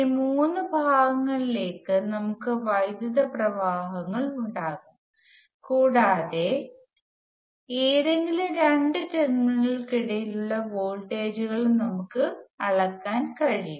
ഈ മൂന്ന് ഭാഗങ്ങളിലേക്കും നമുക്ക് വൈദ്യുത പ്രവാഹങ്ങൾ ഉണ്ടാകാം കൂടാതെ ഏതെങ്കിലും രണ്ട് ടെർമിനലുകൾക്കിടയിലുള്ള വോൾട്ടേജുകളും നമുക്ക് അളക്കാൻ കഴിയും